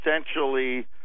essentially